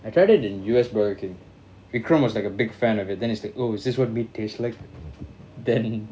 I tried it in U_S Burger King vikram was like a big fan of it then it's like oh is this what meat tastes like then